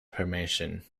permission